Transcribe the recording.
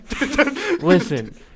Listen